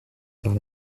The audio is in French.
par